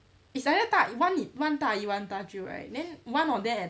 it's either 大 one one 大姨 one 大舅 right then one of them at the